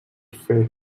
fer